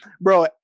bro